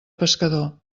pescador